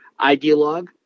ideologue